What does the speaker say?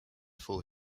four